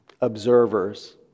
observers